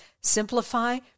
simplify